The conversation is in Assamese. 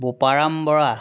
বোপাৰাম বৰা